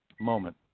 moment